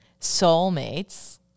soulmates